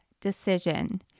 decision